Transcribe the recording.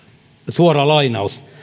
suora lainaus